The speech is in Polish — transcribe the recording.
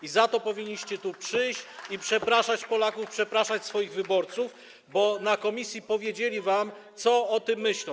I za to powinniście tu przyjść i przepraszać Polaków, przepraszać swoich wyborców, bo w komisji powiedzieli wam, co o tym myślą.